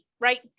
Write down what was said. right